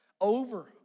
over